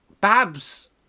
Babs